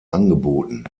angeboten